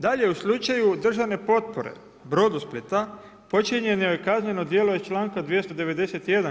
Dalje u slučaju državne potpore Brodosplita počinjeno je kazneno djelo iz članka 291.